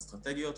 תראה,